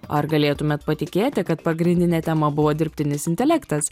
ar galėtumėt patikėti kad pagrindinė tema buvo dirbtinis intelektas